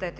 По §